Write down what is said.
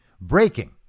Breaking